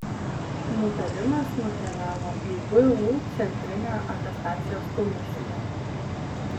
nutarimas nukeliavo į vu centrinę atestacijos komisiją